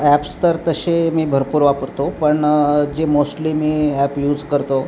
apps तर तसे मी भरपूर वापरतो पण जे मोस्टली मी ॲप यूज करतो